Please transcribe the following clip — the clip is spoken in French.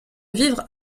vivre